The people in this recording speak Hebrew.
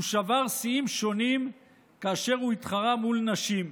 הוא שבר שיאים שונים כאשר הוא התחרה מול נשים,